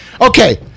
okay